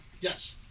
yes